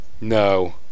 No